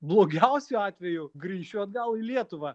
blogiausiu atveju grįšiu atgal į lietuvą